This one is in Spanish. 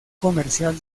comercial